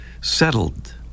settled